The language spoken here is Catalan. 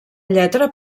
lletra